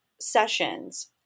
sessions